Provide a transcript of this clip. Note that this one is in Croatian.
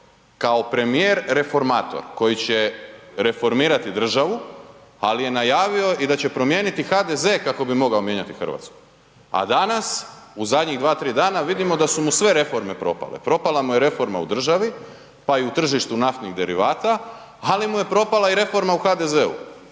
kao premijer reformator, koji će reformirati državu, ali je najavio i da će promijeniti HDZ kako bi mogao mijenjati Hrvatsku. A danas, u zadnjih 2,3 dana vidimo da su mu sve reforme propale, propala mu je reforma u državi, pa i u tržištu naftnih derivata, ali mu je propala i reforma u HDZ-u.